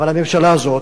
אבל הממשלה הזאת,